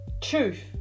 truth